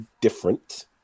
different